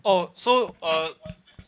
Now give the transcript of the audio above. oh so uh